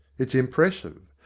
it's impressive.